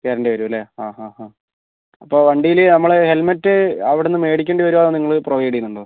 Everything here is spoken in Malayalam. തരേണ്ടി വരും അല്ലേ അ അ അപ്പോൾ വണ്ടിയിൽ നമ്മള് ഹെൽമെറ്റ് അവിടുന്ന് മേടിക്കേണ്ടി വരുമോ അതോ നിങ്ങൾ പ്രൊവൈഡ് ചെയ്യുന്നുണ്ടോ